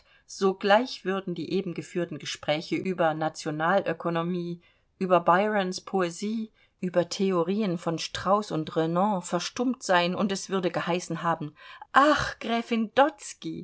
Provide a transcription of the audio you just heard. sogleich würden die eben geführten gespräche über nationalökonomie über byrons poesie über theorien von strauß und renan verstummt sein und es würde geheißen haben ach gräfin dotzky